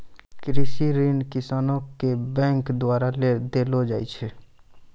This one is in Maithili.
कृषि ऋण किसानो के बैंक द्वारा देलो जाय छै